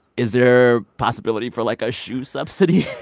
is there a possibility for, like, a shoe subsidy